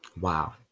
wow